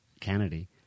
Kennedy